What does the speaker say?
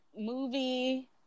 movie